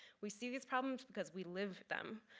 we see these problems because we live them.